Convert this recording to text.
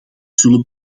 zullen